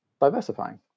diversifying